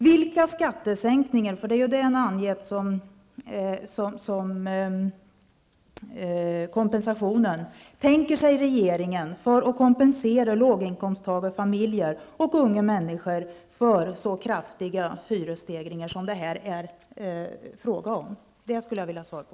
Vilka skattesänkningar tänker regeringen genomföra för att kompensera låginkomsttagarfamiljer och unga människor för så kraftiga hyreshöjningar som det här är fråga om? Detta skulle jag vilja ha svar på.